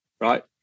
right